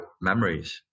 memories